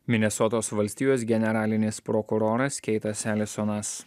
minesotos valstijos generalinis prokuroras keitas elisonas